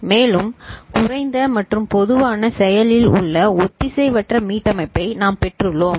மேலும் குறைந்த மற்றும் பொதுவான செயலில் உள்ள ஒத்திசைவற்ற மீட்டமைப்பை நாம்பெற்றுள்ளோம்